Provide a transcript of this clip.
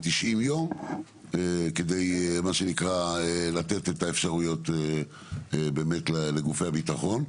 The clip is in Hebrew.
90 יום, כדי לתת את האפשרויות לגופי הביטחון.